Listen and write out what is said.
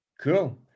Cool